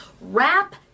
Wrap